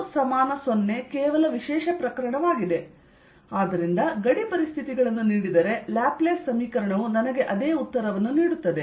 ಮತ್ತು ρ 0 ಕೇವಲ ವಿಶೇಷ ಪ್ರಕರಣವಾಗಿದೆ ಮತ್ತು ಆದ್ದರಿಂದ ಗಡಿ ಪರಿಸ್ಥಿತಿಗಳನ್ನು ನೀಡಿದರೆ ಲ್ಯಾಪ್ಲೇಸ್ ಸಮೀಕರಣವು ನನಗೆ ಅದೇ ಉತ್ತರವನ್ನು ನೀಡುತ್ತದೆ